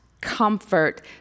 comfort